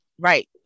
Right